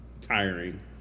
Tiring